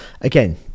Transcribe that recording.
again